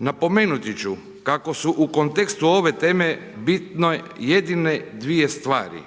Napomenuti ću, kako su u kontekstu ove teme, bitne jedino 2 stvari,